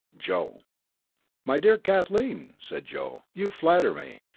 joe my dear kathleen, said joe, you flatter me.